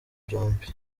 byombi